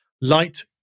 light